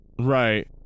Right